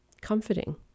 comforting